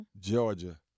Georgia